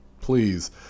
Please